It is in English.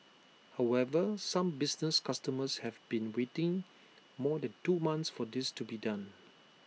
however some business customers have been waiting more than two months for this to be done